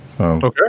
Okay